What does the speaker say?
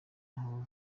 hano